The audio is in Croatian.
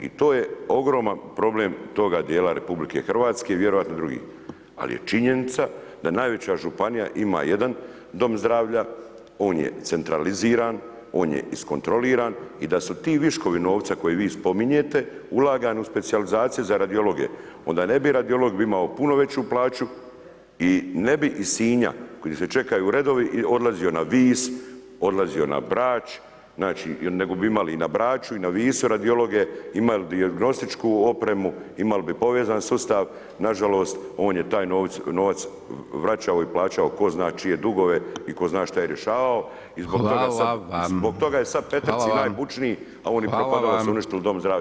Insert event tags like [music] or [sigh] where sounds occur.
I to je ogroman problem toga djela RH, vjerojatno i drugih, ali je činjenica da najveća županija ima jedan dom zdravlja, on je centraliziran, on je iskontroliran i da su ti viškovi novca koje vi spominjete ulagani u specijalizacije za radiologe, onda ne bi radiolog imao puno veću plaću i ne bi iz Sinja gdje se čekaju redovi, odlazio na Vis, odlazio na Brač, nego bi imali na Braču i na Visu radiologe, imali bi dijagnostičku opremu, imali bi povezan sustav, nažalost on je taj novac vraćao i plaćao tko zna čije dugove i tko zna što je rješavao [[Upadica Dončić: Hvala vam.]] Zbog toga je sad … [unintelligible] najbučniji, a on i … [unintelligible] su uništili dom zdravlja.